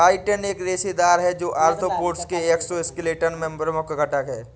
chitin एक रेशेदार है, जो आर्थ्रोपोड्स के एक्सोस्केलेटन में प्रमुख घटक है